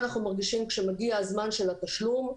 כשמגיע זמן התשלום,